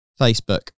Facebook